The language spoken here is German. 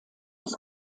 des